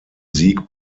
sieg